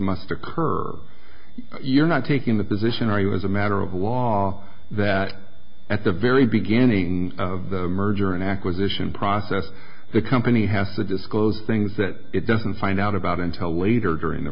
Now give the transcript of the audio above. must occur you're not taking the position are you as a matter of law that at the very beginning of the merger and acquisition process the company has to disclose things that it doesn't find out about until later during the